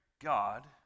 God